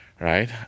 right